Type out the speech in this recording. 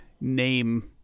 name